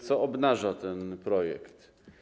Co obnaża ten projekt?